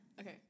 Okay